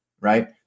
right